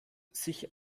sich